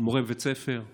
מורה בבית ספר,